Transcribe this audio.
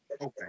Okay